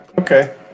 Okay